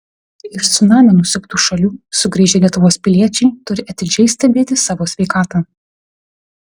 iš cunamio nusiaubtų šalių sugrįžę lietuvos piliečiai turi atidžiai stebėti savo sveikatą